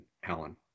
helen